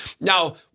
Now